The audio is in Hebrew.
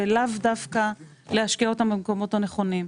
ולאו דווקא להשקיע אותם במקומות הנכונים.